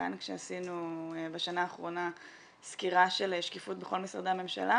לכאן כשעשינו בשנה האחרונה סקירה של שקיפות בכל משרדי הממשלה.